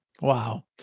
Wow